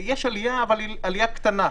יש עלייה, אבל היא עלייה קטנה.